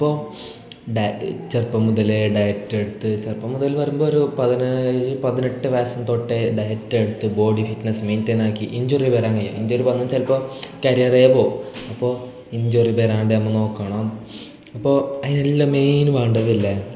ഇപ്പോൾ ഡ ചിലപ്പം മുതലേ ഡയറ്റെടുത്ത് ചെറുപ്പം മുതൽ പറയുമ്പോൾ ഒരു പതിനാറ് പതിനെട്ട് വയസ്സ് തൊട്ടേ ഡയറ്റെടുത്ത് ബോഡീ ഫിറ്റ്നസ് മെയിൻ്റെനാക്കി ഇഞ്ചൊറി വരാൻ കൈ ആണ് ഇഞ്ചൊറി വന്നത് ചിലപ്പം കരിയറേ പോവും അപ്പോൾ ഇഞ്ചൊറി വരാണ്ട് നമ്മൾ നോക്കണം അപ്പൊൾ അതിനെല്ലം മെയിന് വേണ്ടതില്ലെ